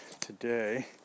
today